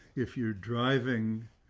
if you're driving,